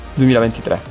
2023